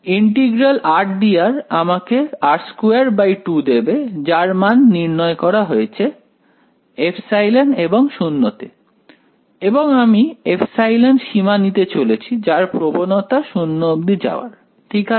integral rdr আমাকে r22 দেবে যার মান নির্ণয় করা হয়েছে ε এবং 0 তে এবং আমি ε সীমা নিতে চলেছি যার প্রবণতা 0 অবধি যাওয়ার ঠিক আছে